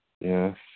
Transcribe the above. Yes